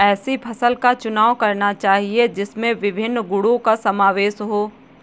ऐसी फसल का चुनाव करना चाहिए जिसमें विभिन्न गुणों का समावेश हो